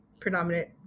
predominant